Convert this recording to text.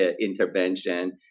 intervention